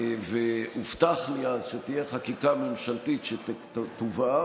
והובטח לי אז שתהיה חקיקה ממשלתית שתובא,